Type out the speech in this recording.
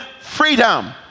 freedom